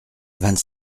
vingt